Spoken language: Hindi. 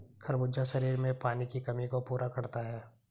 खरबूजा शरीर में पानी की कमी को पूरा करता है